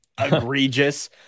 egregious